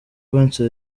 konsa